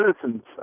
citizens